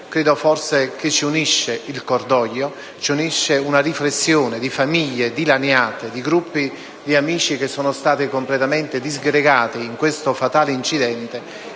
Credo che quello che ci unisce sia il cordoglio, una riflessione sulle famiglie dilaniate, sui gruppi di amici che sono stati completamente disgregati in questo fatale incidente,